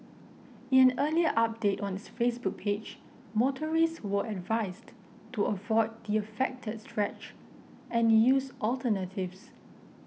in an earlier update on its Facebook page motorists were advised to avoid the affected stretch and use alternatives